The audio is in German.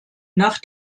nach